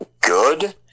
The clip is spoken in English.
good